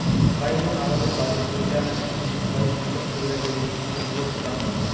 বাইগোন আবাদের বাদে পৈলা বিচোনবাড়িত বিচোন তৈয়ার করি মূল ভুঁইয়ত পোতাং হই